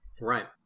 Right